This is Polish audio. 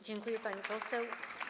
Dziękuję, pani poseł.